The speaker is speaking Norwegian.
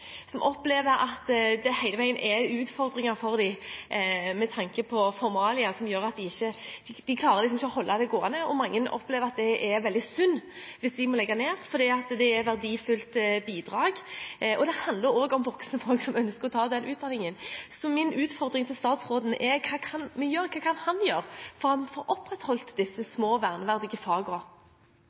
som opplever at det hele veien er utfordringer for dem med tanke på formalia, som gjør at de liksom ikke klarer å holde det gående. Mange opplever at det er veldig synd hvis de må legge ned, fordi de gir et verdifullt bidrag. Det handler også om voksne folk som ønsker å ta den utdanningen. Min utfordring til statsråden er: Hva kan vi gjøre, hva kan han gjøre for at vi får opprettholdt disse små, verneverdige